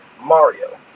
Mario